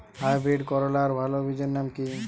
Hybrid করলার ভালো বীজের নাম কি?